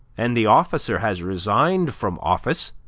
and the officer has resigned from office,